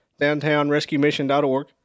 downtownrescuemission.org